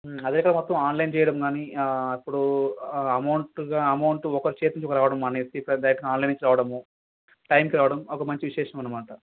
అదేగా మొత్తం ఆన్లైన్ చెయ్యడం కానీ ఇప్పుడు అమౌంట్గా అమౌంట్ ఒకరి చేతికి రావడం మానేసి ఇప్పుడు డైరెక్ట్గా ఆన్లైన్ నుంచి రావడము టైంకి రావడం ఒక మంచి విశేషం అనమాట